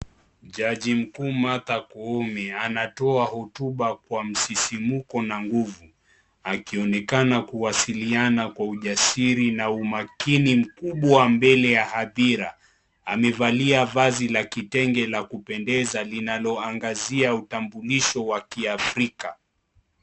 Jaji mkuu Martha Koome anatoa hotuba kwa msisimmuko na nguvu akionekana kuwasiliana kwa ujasiri na umakini mkubwa mbele ya hadhira , amevalia vazi la kitenge la kupendeza linaloangazia utambulisho wa kiafrika.